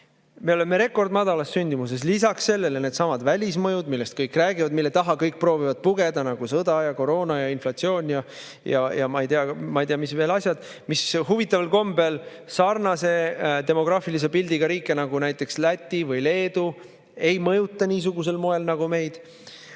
Me oleme rekordmadalas sündimuses, lisaks sellele needsamad välismõjud, millest kõik räägivad ja mille taha kõik proovivad pugeda, nagu sõda ja koroona ja inflatsioon ja ma ei tea, mis asjad veel, mis huvitaval kombel teisi sarnase demograafilise pildiga riike, nagu näiteks Läti või Leedu, ei mõjuta niisugusel moel nagu meid.